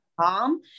mom